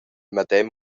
medem